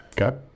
Okay